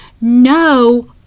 no